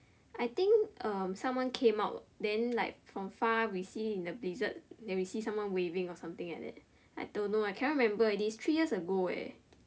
I think someone came out then like from far we see in the blizzard then we see someone waving or something like that I don't know I cannot remember already